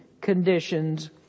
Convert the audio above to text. conditions